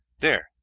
there,